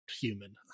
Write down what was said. human